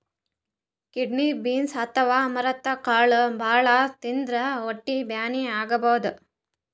kidney beans ಅಥವಾ amaranth ಕಾಳ್ ಭಾಳ್ ತಿಂದ್ರ್ ಹೊಟ್ಟಿ ಬ್ಯಾನಿ ಆಗಬಹುದ್